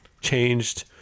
changed